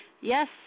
Yes